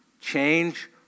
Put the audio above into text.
change